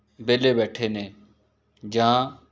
ਵਿਹਲੇ ਬੈਠੇ ਨੇ ਜਾਂ